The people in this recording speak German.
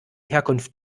herkunft